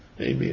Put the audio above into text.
Amen